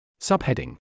Subheading